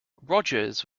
rogers